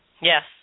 yes